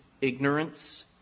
ignorance